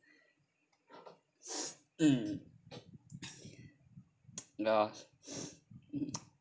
mm the